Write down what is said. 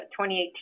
2018